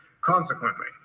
Consequently